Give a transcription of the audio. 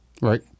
Right